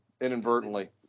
inadvertently